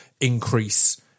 increase